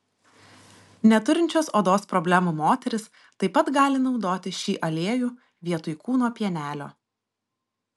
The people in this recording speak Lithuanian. neturinčios odos problemų moterys taip pat gali naudoti šį aliejų vietoj kūno pienelio